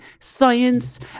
science